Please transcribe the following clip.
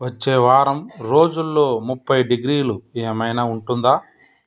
వచ్చే వారం రోజుల్లో ముప్పై డిగ్రీలు ఏమైనా ఉంటుందా